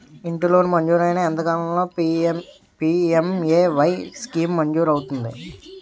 ఇంటి లోన్ మంజూరైన ఎంత కాలంలో పి.ఎం.ఎ.వై స్కీమ్ మంజూరు అవుతుంది?